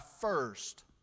first